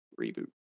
reboot